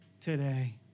today